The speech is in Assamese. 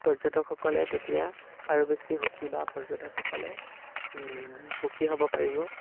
পৰ্যটকসকলে তেতিয়া আৰু বেছি সুখী বা পৰ্যটকসকলে সুখী হ'ব পাৰিব